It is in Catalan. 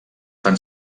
fan